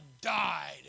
died